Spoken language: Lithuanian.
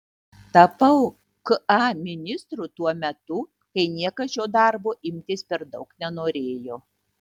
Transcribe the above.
tapau ka ministru tuo metu kai niekas šio darbo imtis per daug nenorėjo